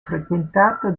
frequentato